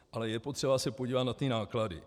Ale je potřeba se podívat na ty náklady.